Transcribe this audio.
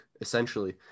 essentially